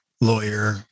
lawyer